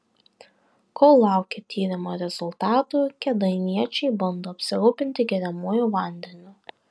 kol laukia tyrimo rezultatų kėdainiečiai bando apsirūpinti geriamuoju vandeniu